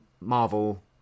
Marvel